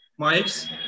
mics